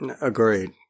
Agreed